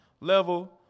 level